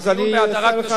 הדיון בהדרת נשים,